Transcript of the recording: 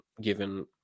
given